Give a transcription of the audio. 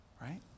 right